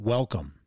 Welcome